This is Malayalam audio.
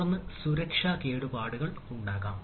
തുടർന്ന് സുരക്ഷാ കേടുപാടുകൾ ഉണ്ടാകാം